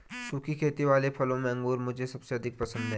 सुखी खेती वाले फलों में अंगूर मुझे सबसे अधिक पसंद है